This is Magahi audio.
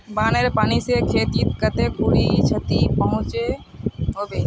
बानेर पानी से खेतीत कते खुरी क्षति पहुँचो होबे?